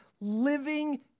living